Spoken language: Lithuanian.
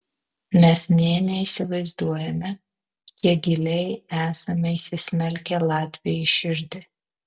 mes nė neįsivaizduojame kiek giliai esame įsismelkę latviui į širdį